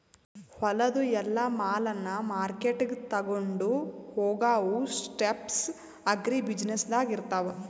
ಹೊಲದು ಎಲ್ಲಾ ಮಾಲನ್ನ ಮಾರ್ಕೆಟ್ಗ್ ತೊಗೊಂಡು ಹೋಗಾವು ಸ್ಟೆಪ್ಸ್ ಅಗ್ರಿ ಬ್ಯುಸಿನೆಸ್ದಾಗ್ ಇರ್ತಾವ